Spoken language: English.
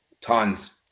tons